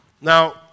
Now